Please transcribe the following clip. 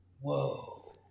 Whoa